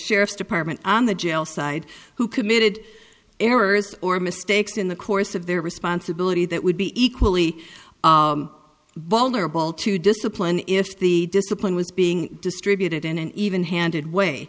sheriff's department on the jail side who committed errors or mistakes in the course of their responsibility that would be equally vulnerable to discipline if the discipline was being distributed in an even handed way